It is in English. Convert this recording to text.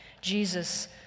Jesus